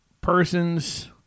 person's